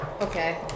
Okay